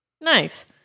nice